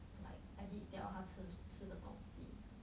like edit 掉他吃的东西